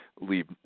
leave